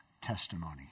testimony